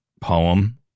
poem